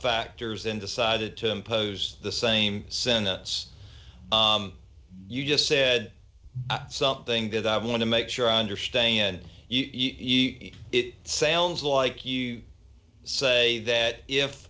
factors and decided to impose the same sentence you just said something that i want to make sure i understand even it sounds like you say that if